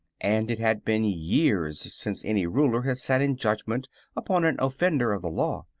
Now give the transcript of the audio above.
and it had been years since any ruler had sat in judgment upon an offender of the law.